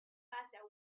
plaza